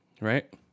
Right